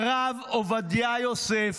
הרב עובדיה יוסף,